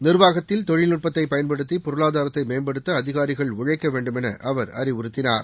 நிர்வாகத்தில் தொழில்நுட்பத்தை பயன்படுத்தி பொருளாதாரத்தை மேம்படுத்த அதிகாரிகள் உழைக்க வேண்டுமென அவர் அறிவுறுத்தினார்